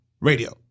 Radio